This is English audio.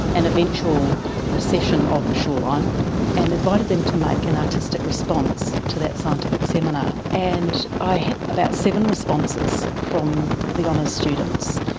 and eventual recession of the shoreline and invited them to make an artistic response to that scientific seminar. and i had about seven responses from the honours students,